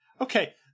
Okay